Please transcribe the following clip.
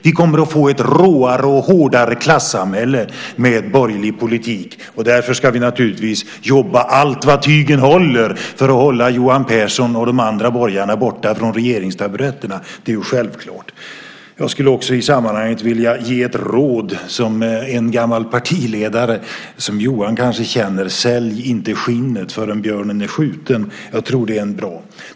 Vi kommer att få ett råare och hårdare klassamhälle med borgerlig politik, och därför ska vi naturligtvis jobba allt vad tygen håller för att hålla Johan Pehrson och de andra borgarna borta från regeringstaburetterna. Det är självklart. Jag skulle också i sammanhanget vilja ge ett råd som en gammal partiledare som Johan kanske känner gav: Sälj inte skinnet förrän björnen är skjuten. Jag tycker det är bra.